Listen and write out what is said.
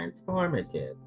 transformative